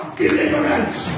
deliverance